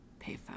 payphone